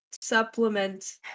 supplement